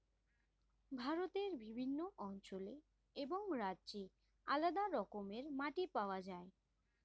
ভারতের বিভিন্ন অঞ্চলে এবং রাজ্যে আলাদা রকমের মাটি পাওয়া যায়